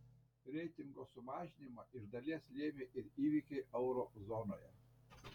reitingo sumažinimą iš dalies lėmė ir įvykiai euro zonoje